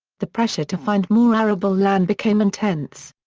the pressure to find more arable land became intense.